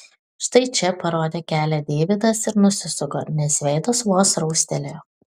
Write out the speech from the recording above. štai čia parodė kelią deividas ir nusisuko nes veidas vos raustelėjo